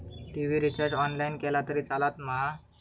TV recharge online केला तरी चलात मा?